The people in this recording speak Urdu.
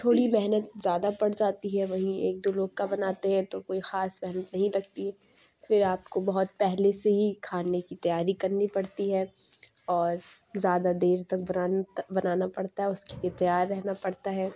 تھوڑی محنت زیادہ پڑ جاتی ہے وہیں ایک دو لوگ کا بناتے ہیں تو کوئی خاص محنت نہیں لگتی پھر آپ کو بہت پہلے سے ہی کھانے کی تیاری کرنی پڑتی ہے اور زیادہ دیر تک بنانتا بنانا پڑتا ہے اس کے تیار رہنا پڑتا ہے